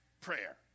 prayer